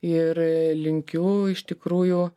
ir e linkiu iš tikrųjų